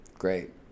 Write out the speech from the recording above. great